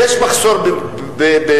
יש מחסור במומחים,